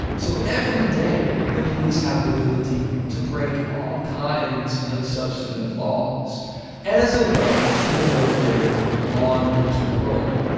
so every day the police had the ability to break all kinds of substantive laws as a way to promote their law enforcement role.